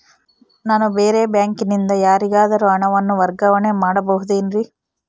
ನಾನು ಬೇರೆ ಬ್ಯಾಂಕಿನಿಂದ ಯಾರಿಗಾದರೂ ಹಣವನ್ನು ವರ್ಗಾವಣೆ ಮಾಡಬಹುದೇನ್ರಿ?